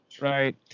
Right